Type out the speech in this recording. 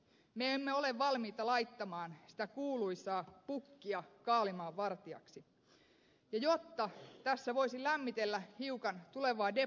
me emme ole valmiita laittamaan sitä kuuluisaa pukkia kaalimaan vartijaksi ja jotta tässä voisi lämmitellä hiukan tulevaa debattia